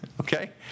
Okay